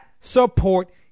support